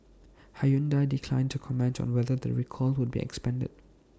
Hyundai declined to comment on whether the recall would be expanded